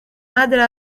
madre